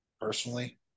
personally